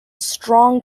strong